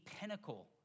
pinnacle